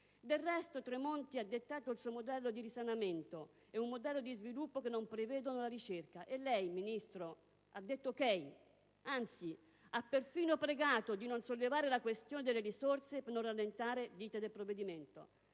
il ministro Tremonti ha dettato il suo modello di risanamento e un modello di sviluppo che non prevedono la ricerca. E lei, signora Ministro, ha detto: va bene. Anzi, ha perfino pregato di non sollevare la questione delle risorse per non rallentare l'*iter* del provvedimento.